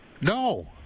No